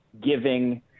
giving